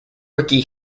ricky